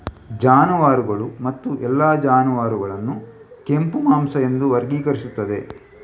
ಜಾನುವಾರುಗಳು ಮತ್ತು ಎಲ್ಲಾ ಜಾನುವಾರುಗಳನ್ನು ಕೆಂಪು ಮಾಂಸ ಎಂದು ವರ್ಗೀಕರಿಸುತ್ತದೆ